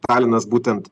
talinas būtent